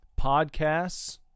podcasts